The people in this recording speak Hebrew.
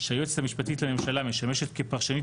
שהיועצת המשפטית לממשלה משמשת כפרשנית